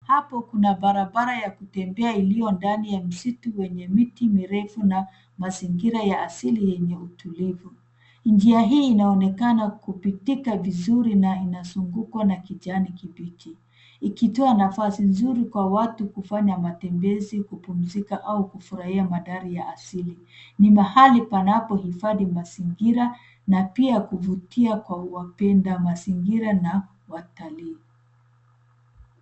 Hapo kuna barabara ya kutembea iliyo ndani ya msitu wenye miti mirefu na mazingira ya asili yenye utulivu. Njia hii inaonekana kupitika vizuri na inazungukwa na kijani kibichi ikitoa nafasi nzuri kwa watu kufanya matembezi, kupumzika au kufurahia mandhari ya asili. Ni mahali panapohifadhi mazingira na pia kuvutia kwa kwa wapenda mazingira na watali.